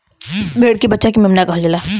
भेड़ के बच्चा के मेमना कहल जाला